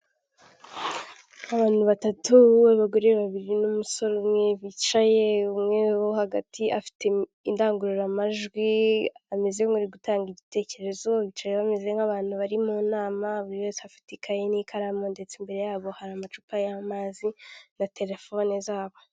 Abantu batatu abagore babiri n'umusore umwe bicaye umwe wo hagati afite indangururamajwi, ameze nk'uri gutanga igitekerezo bicaye bameze nk'abantu bari mu nama, buri wese afite ikayi n'ikaramu ndetse imbere yabo hari amacupa y'amazi na telefone zabo.